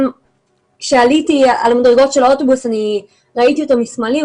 כשעליתי על מדרגות האוטובוס ראיתי אותו משמאלי,